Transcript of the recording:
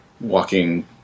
walking